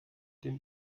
dem